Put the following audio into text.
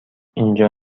اینجا